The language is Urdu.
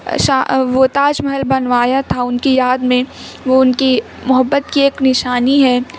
وہ تاج محل بنوایا تھا ان کی یاد میں وہ ان کی محبت کی ایک نشانی ہے